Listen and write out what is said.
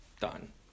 done